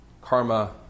karma